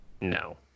No